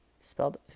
spelled